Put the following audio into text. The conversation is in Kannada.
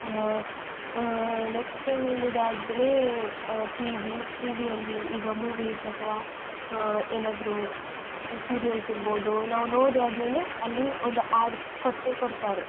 ನೆಕ್ಸ್ಟ್ ಹೇಳುವುದಾದ್ರೆ ಟಿವಿ ಟಿವಿಯಲ್ಲಿ ಈಗ ಮೂವೀಸ್ ಅಥವಾ ಏನಾದರೂ ಸೀರಿಯಲ್ಸ್ ಇರ್ಬೋದು ನಾವು ನೋಡಿ ಆದ್ಮೇಲೆ ಅಲ್ಲಿ ಒಂದು ಆ್ಯಡ್ ಕೊಟ್ಟೇ ಕೊಡ್ತಾರೆ